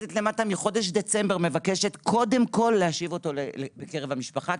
השופטת למטה מחודש דצמבר מבקשת קודם כל להשיב אותו לקרב המשפחה,